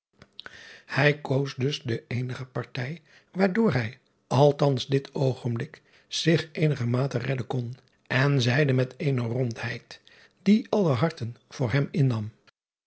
ij koos dus de eenige partij waardoor hij althans dit oogenblik zich eenigermate redden kon en zeide met eene rondheid die aller harten voor hem innam